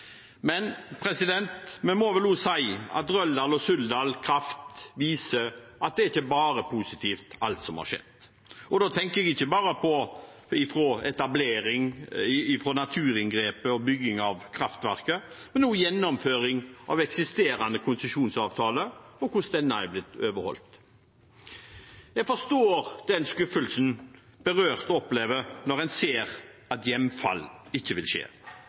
men vi må vel også si at Røldal-Suldal Kraft viser at det ikke er bare positivt, alt som har skjedd. Da tenker jeg ikke bare på etableringen, naturinngrepet og byggingen av kraftverket, men også gjennomføringen av eksisterende konsesjonsavtale og hvordan den er blitt overholdt. Jeg forstår den skuffelsen berørte opplever når en ser at hjemfall ikke vil skje,